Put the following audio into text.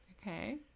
okay